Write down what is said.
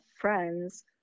friends